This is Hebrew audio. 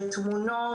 לתמונות,